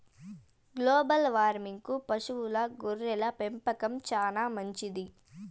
global వార్మింగ్కు పశువుల గొర్రెల పెంపకం చానా మంచిది